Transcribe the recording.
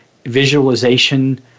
visualization